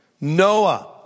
Noah